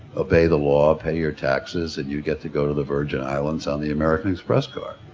obey the law, pay your taxes, and you get to go to the virgin islands on the american express card.